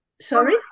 Sorry